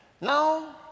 now